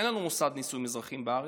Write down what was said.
אין לנו מוסד נישואים אזרחיים בארץ,